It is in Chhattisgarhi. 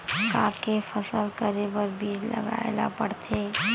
का के फसल करे बर बीज लगाए ला पड़थे?